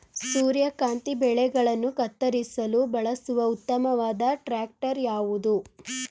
ಸೂರ್ಯಕಾಂತಿ ಬೆಳೆಗಳನ್ನು ಕತ್ತರಿಸಲು ಬಳಸುವ ಉತ್ತಮವಾದ ಟ್ರಾಕ್ಟರ್ ಯಾವುದು?